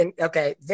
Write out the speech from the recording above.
Okay